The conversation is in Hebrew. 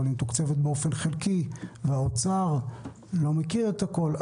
אבל היא מתוקצבת באופן חלקי והאוצר לא מכיר את הכול.